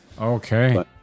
Okay